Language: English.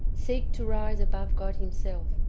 seek to rise above god himself,